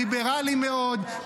ליברלי מאוד,